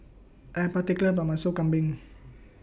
I Am particular about My Sop Kambing